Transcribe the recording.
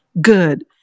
good